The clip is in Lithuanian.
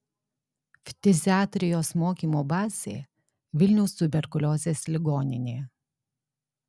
ftiziatrijos mokymo bazė vilniaus tuberkuliozės ligoninė